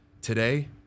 Today